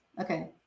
okay